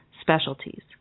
specialties